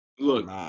Look